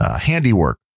handiwork